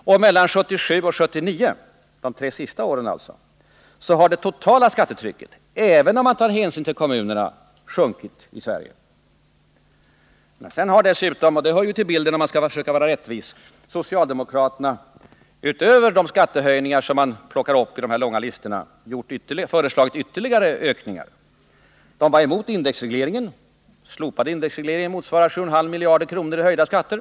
Och mellan 1977 och 1979 har det totala skattetrycket, även om man tar hänsyn till kommunerna, sjunkit i Sverige. Sedan har socialdemokraterna — och det hör till bilden om man skall vara sanningsenlig — utöver de skattehöjningar som man plockat fram i den långa listan föreslagit ytterligare ökningar. Man var mot indexregleringen, och en slopad indexreglering motsvarar 7,5 miljarder kronor i höjda skatter.